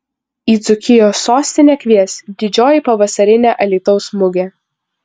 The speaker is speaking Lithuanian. į dzūkijos sostinę kvies didžioji pavasarinė alytaus mugė